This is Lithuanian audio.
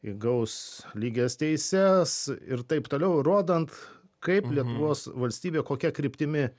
įgaus lygias teises ir taip toliau rodant kaip lietuvos valstybė kokia kryptimi